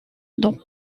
dans